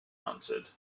answered